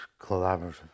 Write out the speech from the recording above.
collaborative